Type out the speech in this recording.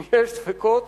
אם יש ספקות,